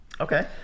Okay